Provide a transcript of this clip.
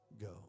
go